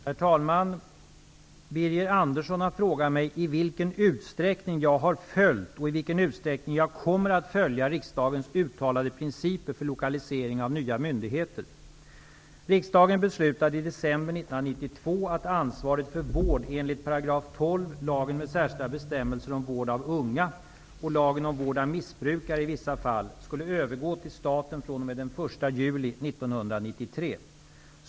Herr talman! Birger Andersson har frågat mig i vilken utsträckning jag har följt och i vilken utsträckning jag kommer att följa riksdagens uttalade principer för lokalisering av nya myndigheter. 1993.